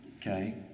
Okay